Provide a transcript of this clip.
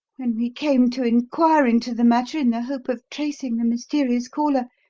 when we came to inquire into the matter in the hope of tracing the mysterious caller,